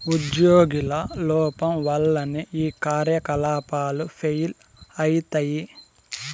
ఉజ్యోగుల లోపం వల్లనే ఈ కార్యకలాపాలు ఫెయిల్ అయితయి